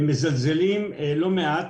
מזלזלים לא מעט,